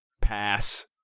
pass